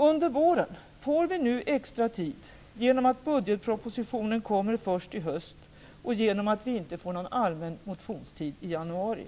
Under våren får vi extra tid genom att budgetpropositionen kommer först i höst och genom att vi inte får någon allmän motionstid i januari.